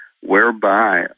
whereby